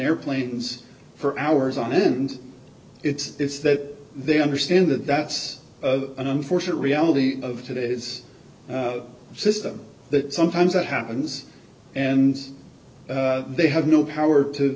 airplanes for hours on end it's that they understand that that's an unfortunate reality of today's system that sometimes that happens and they have no power